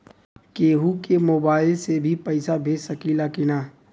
केहू के मोवाईल से भी पैसा भेज सकीला की ना?